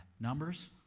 Numbers